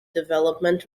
development